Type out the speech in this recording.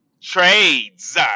Trades